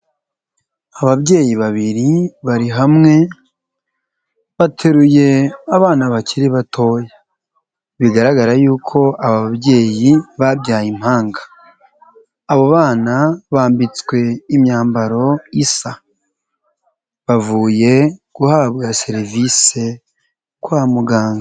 Ababyeyi babiri bari hamwe bateruye abana bakiri batoya bigaragara yuko aba babyeyi babyaye impanga, abo bana bambitswe imyambaro isa, bavuye guhabwa serivisi kwa muganga.